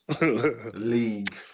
League